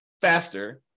faster